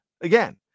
again